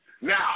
Now